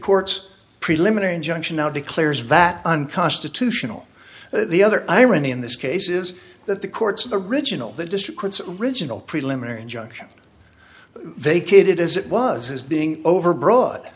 courts preliminary injunction now declares that unconstitutional the other irony in this case is that the courts of the original the district riginal preliminary injunction vacated as it was is being overbro